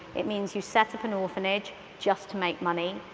it means you set up an orphanage just to make money.